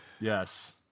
Yes